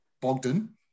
Bogdan